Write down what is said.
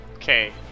Okay